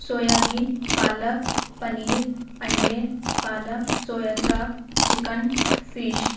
soybean palak paneer انڈے palak soya chaap chicken fish